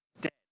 dead